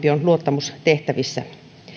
on luottamustehtävissä